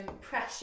pressure